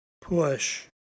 push